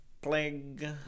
plague